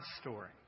story